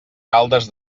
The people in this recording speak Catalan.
caldes